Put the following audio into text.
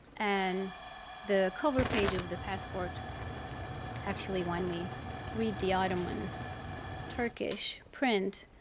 and the cover page of the passport actually, when we read the ottoman turkish print,